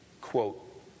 Quote